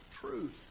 Truth